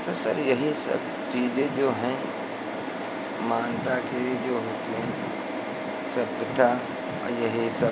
तो सर यही सब चीज़ें जो हैं मानता की जो होती हैं सभ्यता और यही सब